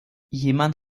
jemand